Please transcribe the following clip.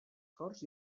corts